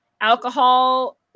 alcohol